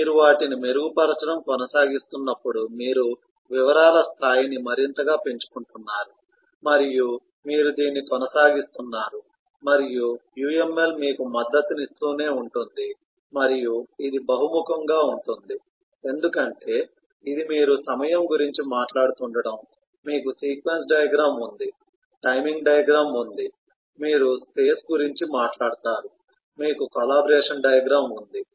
కాబట్టి మీరు వాటిని మెరుగుపరచడం కొనసాగిస్తున్నప్పుడు మీరు వివరాల స్థాయిని మరింతగా పెంచుకుంటున్నారు మరియు మీరు దీన్ని కొనసాగిస్తున్నారు మరియు UML మీకు మద్దతునిస్తూనే ఉంటుంది మరియు ఇది బహుముఖంగా ఉంటుంది ఎందుకంటే ఇది మీరు సమయం గురించి మాట్లాడుతుండటం మీకు సీక్వెన్స్ డయాగ్రమ్ ఉంది టైమింగ్ డయాగ్రమ్ ఉంది మీరు స్పేస్ గురించి మాట్లాడుతారు మీకు కాలాబరేషన్ డయాగ్రమ్ ఉంది